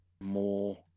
more